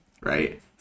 right